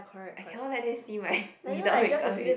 I cannot let them see my without makeup is